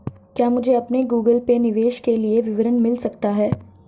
क्या मुझे अपने गूगल पे निवेश के लिए विवरण मिल सकता है?